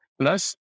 plus